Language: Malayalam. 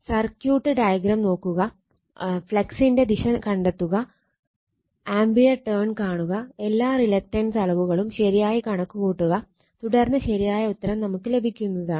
സർക്യൂട്ട് ഡയഗ്രം നോക്കുക ഫ്ളക്സിന്റെ ദിശ കണ്ടെത്തുക ആംപിയർ ടേൺ കാണുക എല്ലാ റിലക്റ്റൻസ് അളവുകളും ശരിയായി കണക്കുകൂട്ടുക തുടർന്ന് ശരിയായ ഉത്തരം നമുക്ക് ലഭിക്കുന്നതാണ്